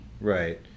Right